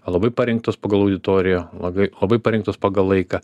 labai parinktos pagal auditoriją lagai labai labai parinktos pagal laiką